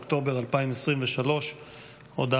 ו-25 בחשוון 2023 / 2 חוברת ב'